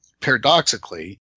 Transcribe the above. paradoxically